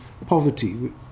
poverty